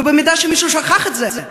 ואם מישהו שכח את זה,